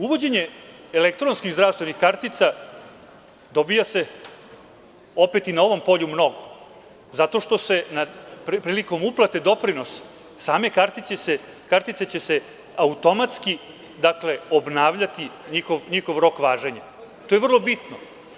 Uvođenje elektronskih zdravstvenih kartica, dobija se opet i na ovom polju mnogo, zato što se prilikom uplate doprinosa, same kartice će se automatski obnavljati njihov rok važenja, to je vrlo bitno.